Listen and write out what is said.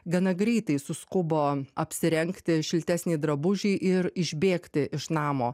gana greitai suskubo apsirengti šiltesnį drabužį ir išbėgti iš namo